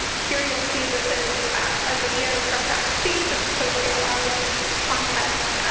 here you'll see this is a video from backstage at the poetry out loud contest,